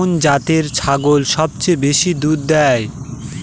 কোন জাতের ছাগল সবচেয়ে বেশি দুধ দেয়?